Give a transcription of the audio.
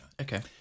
Okay